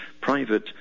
private